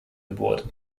gebohrt